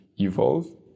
evolve